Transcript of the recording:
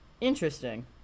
Interesting